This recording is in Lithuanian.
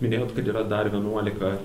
minėjot kad yra dar vienuolika